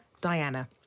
Diana